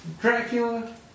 Dracula